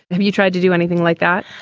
have you tried to do anything like that?